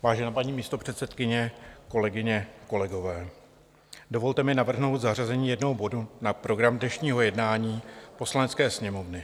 Vážená paní místopředsedkyně, kolegyně, kolegové, dovolte mi navrhnout zařazení jednoho bodu na program dnešního jednání Poslanecké sněmovny.